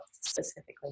specifically